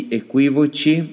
equivoci